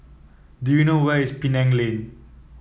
do you know where is Penang Lane